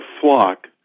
flock